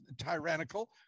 tyrannical